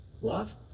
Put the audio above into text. Love